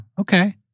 Okay